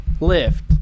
lift